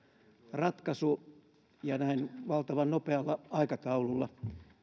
ratkaisu ja näin valtavan nopealla aikataululla